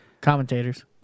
Commentators